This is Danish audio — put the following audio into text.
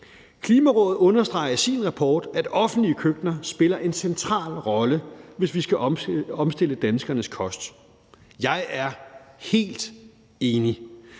Klimarådet understreger i sin rapport, at offentlige køkkener spiller en central rolle, hvis vi skal omstille danskernes kost. Jeg er helt enig.